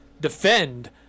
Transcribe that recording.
defend